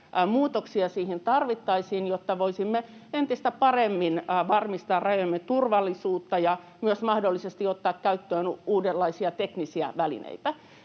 muutoksia siihen tarvittaisiin, jotta voisimme entistä paremmin varmistaa rajojemme turvallisuutta ja mahdollisesti ottaa käyttöön uudenlaisia teknisiä välineitä,